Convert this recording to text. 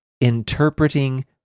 interpreting